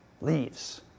leaves